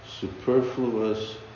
superfluous